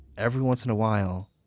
every once in a while,